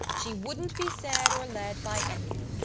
she wouldn't be said or led by anyone,